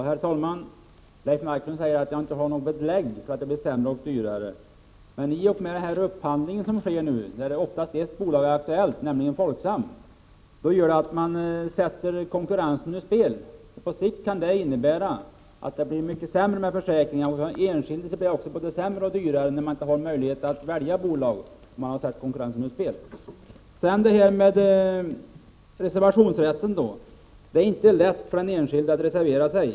Herr talman! Leif Marklund säger att jag inte har något belägg för att de här försäkringarna blir sämre och dyrare. Men i och med att det oftast är ett bolag, nämligen Folksam, som blir aktuellt vid upphandlingen sätter man konkurrensen ur spel. På sikt kan det innebära att det blir mycket sämre med försäkringar. För den enskilde blir det både sämre och dyrare när man inte har möjlighet att välja bolag, därför att konkurrensen har satts ur spel. När det gäller reservationsrätten vill jag säga att det inte är lätt för den enskilde att reservera sig.